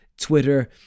Twitter